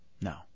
No